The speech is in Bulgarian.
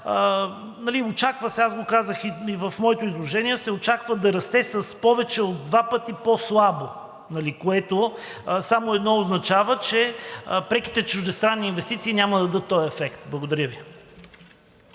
Очаква се, аз го казах и в моето изложение, очаква се да расте с повече от два пъти по-слабо, което само едно означава, че преките чуждестранни инвестиции няма да дадат този ефект. Благодаря Ви.